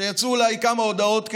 יצאו כמה הודעות כאלה,